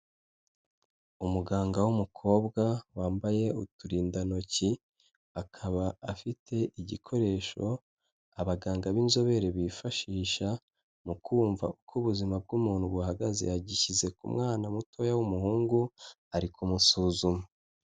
Umuganga w'umukobwa wambaye uturindantoki, akaba afite igikoresho abaganga b'inzobere bifashisha mu kumva uko ubuzima bw'umuntu buhagaze, yagishyize ku mwana mutoya w'umuhungu, ari kumusuzuma.